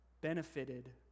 benefited